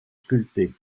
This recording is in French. sculptés